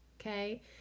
okay